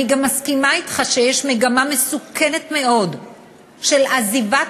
אני גם מסכימה אתך שיש מגמה מסוכנת מאוד של עזיבת